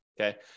Okay